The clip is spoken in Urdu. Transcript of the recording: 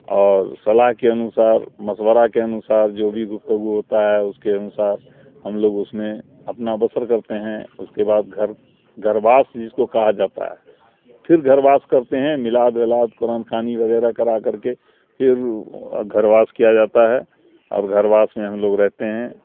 اور صلاح کے انوسار مشورہ کے انوسار جو بھی گفتگو ہوتا ہے اس کے انوسار ہم لوگ اس میں اپنا بسر کرتے ہیں اس کے بعد گھر گھرواس جس کو کہا جاتا ہے پھر گھرواس کرتے ہیں میلاد ویلاد قرآن خوانی وغیرہ کرا کر کے پھر گھرواس کیا جاتا ہے اور گھرواس میں ہم لوگ رہتے ہیں